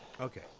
Okay